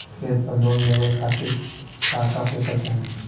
खेत पर लोन लेवल खातिर का का पेपर चाही?